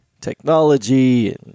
technology